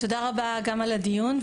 תודה רבה גם על הדיון,